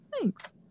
thanks